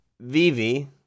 Vivi